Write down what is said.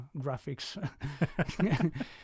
graphics